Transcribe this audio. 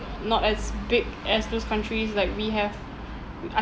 not as big as those countries like we have